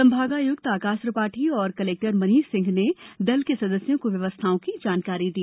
संभागाय्क्त आकाश त्रिपाठी और कलेक्टर मनीष सिंह ने दल के सदस्यों को व्यवस्थाओं की जानकारी दी